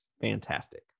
fantastic